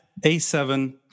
A7